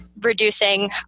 reducing